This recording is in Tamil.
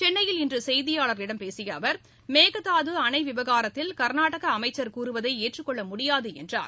சென்னையில் இன்று செய்தியாளர்களிடம் பேசிய அவர் மேகதாது அணை விவகாரத்தில் கர்நாடக அமைச்சர் கூறுவதை ஏற்றுக்கொள்ள முடியாது என்றார்